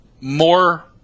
more